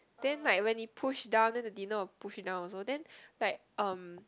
then like when it push down then the dinner will push it down also then like um